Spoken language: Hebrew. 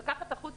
יגיד: תראו,